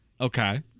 Okay